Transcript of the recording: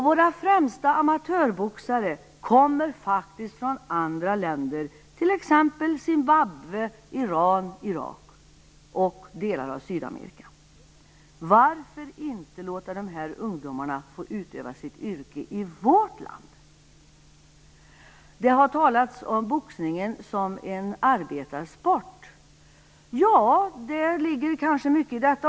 Våra främsta amatörboxare kommer faktiskt från andra länder t.ex. Zimbabwe, Iran, Irak och delar av Sydamerika. Varför inte låta dessa ungdomar få utöva sitt yrke i vårt land? Det har talats om boxning som en arbetarsport. Ja, det kan ligga mycket i detta.